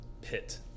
pit